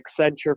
Accenture